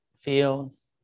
feels